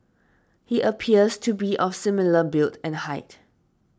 he appears to be of similar build and height